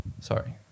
sorry